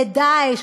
ל"דאעש",